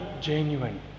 genuine